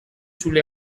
sulle